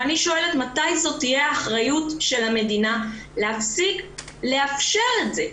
ואני שואלת: מתי זאת תהיה אחריות של המדינה להפסיק לאפשר את זה?